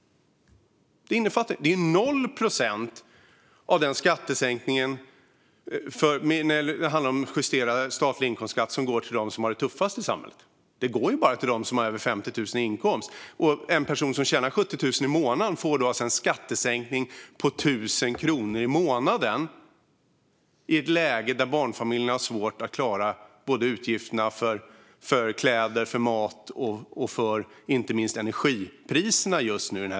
Noll procent av den skattesänkning som gäller att justera statlig inkomstskatt går till dem som har det tuffast i samhället. Den går bara till dem som har över 50 000 i inkomst. En person som tjänar 70 000 i månaden får alltså en skattesänkning på 1 000 kronor i månaden i ett läge och en period där barnfamiljerna har svårt att klara av utgifterna för kläder, mat och inte minst energi.